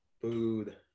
food